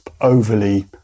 overly